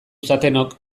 zatenok